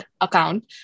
account